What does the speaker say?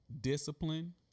discipline